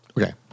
Okay